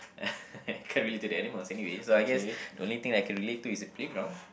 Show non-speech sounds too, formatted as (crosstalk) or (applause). (laughs) I can't relate to the animals anyway so I guess the only thing that I can relate to is the playground